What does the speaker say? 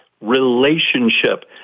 relationship